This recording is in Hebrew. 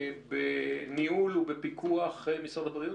הוא בניהול ובפיקוח משרד הבריאות?